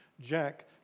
Jack